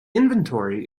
inventory